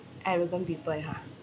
arrogant people ha